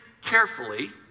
carefully